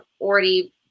already